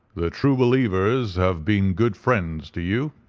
the true believers have been good friends to you.